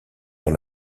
dans